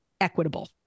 equitable